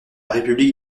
république